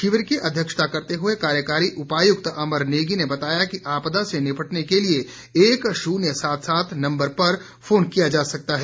शिविर की अध्यक्षता करते हुए कार्यकारी उपायुक्त अमर नेगी ने बताया कि आपदा से निपटने के लिए एक शून्य सात सात नम्बर पर फोन किया जा सकता है